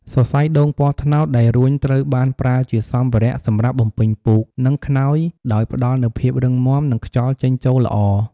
សរសៃដូងពណ៌ត្នោតដែលរួញត្រូវបានប្រើជាសម្ភារៈសម្រាប់បំពេញពូក និងខ្នើយដោយផ្តល់នូវភាពរឹងមាំ និងខ្យល់ចេញចូលល្អ។